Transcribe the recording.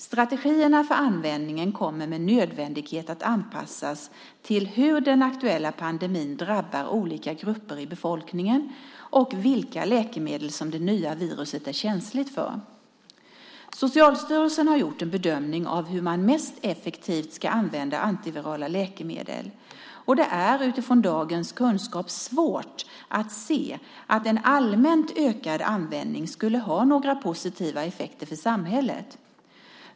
Strategierna för användningen kommer med nödvändighet att anpassas till hur den aktuella pandemin drabbar olika grupper i befolkningen och vilka läkemedel som det nya viruset är känsligt för. Socialstyrelsen har gjort en bedömning av hur man mest effektivt ska använda antivirala läkemedel, och det är utifrån dagens kunskap svårt att se att en allmänt ökad användning skulle ha några positiva effekter för samhället.